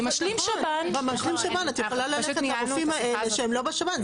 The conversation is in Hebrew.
במשלים שב"ן את יכולה ללכת לרופאים האלה שהם לא בשב"ן.